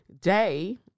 day